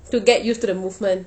to get used to the movement